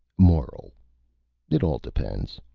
moral it all depends.